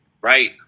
right